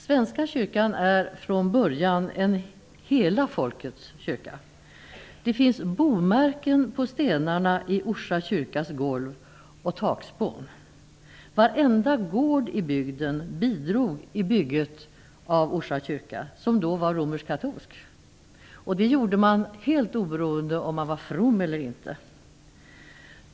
Svenska kyrkan är från början en hela folkets kyrka. Det finns bomärken på stenarna i Orsa kyrkas golv och takspån. Varenda gård i bygden bidrog vid bygget av Orsa kyrka, som då var romersk-katolsk, och det gjorde man helt oberoende av om man var from eller inte.